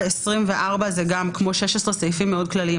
24, כמו 16, הוא סעיף מאוד כללי.